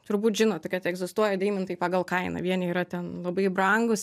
turbūt žinot kad egzistuoja deimantai pagal kainą vieni yra ten labai brangūs